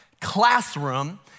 classroom